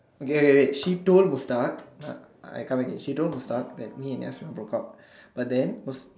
okay okay wait she told Mustad I can't make it she told Mustad that me and Yaz broke up but then